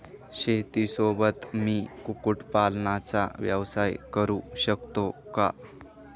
शेतीसोबत मी कुक्कुटपालनाचा व्यवसाय करु शकतो का?